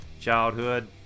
childhood